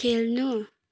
खेल्नु